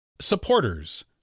Supporters